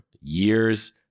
years